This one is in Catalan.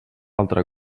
altra